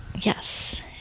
Yes